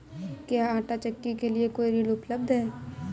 क्या आंटा चक्की के लिए कोई ऋण उपलब्ध है?